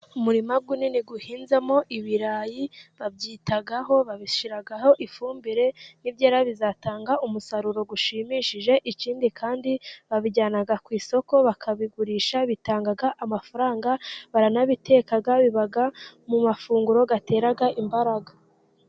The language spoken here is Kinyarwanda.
Umurima munini uhinzemo ibirayi, babyitaho, babishyiraho ifumbire, nibyera bizatanga umusaruro ushimishije, ikindi kandi babijyana ku isoko bakabigurisha, bitanga amafaranga, baranabiteka, biba mu mafunguro atera imbaraga.